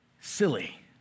silly